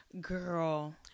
Girl